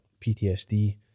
PTSD